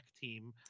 team